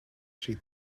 she